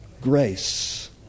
grace